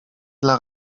dla